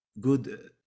good